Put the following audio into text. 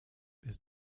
bis